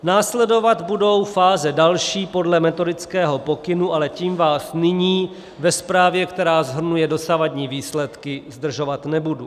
Následovat budou fáze další podle metodického pokynu, ale tím vás nyní ve zprávě, která shrnuje dosavadní výsledky, zdržovat nebudu.